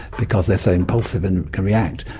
because they are so impulsive and can react,